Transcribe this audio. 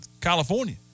California